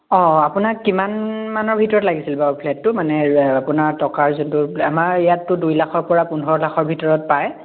অঁ অঁ আপোনাক কিমান মানৰ ভিতৰত লাগিছিল বাৰু ফ্লেটটো মানে আপোনাৰ টকাৰ যিটো আমাৰ ইয়াতটো দুই লাখৰ পৰা পোন্ধৰ লাখৰ ভিতৰত পায়